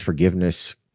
forgiveness